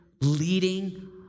leading